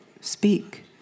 speak